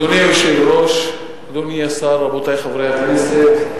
אדוני היושב-ראש, אדוני השר, רבותי חברי הכנסת,